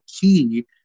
key